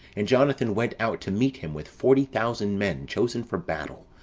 and jonathan went out to meet him with forty thousand men chosen for battle,